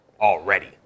already